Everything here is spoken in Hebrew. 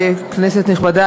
כנסת נכבדה,